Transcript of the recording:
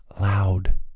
loud